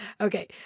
Okay